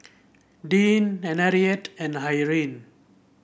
Deann Henriette and Irene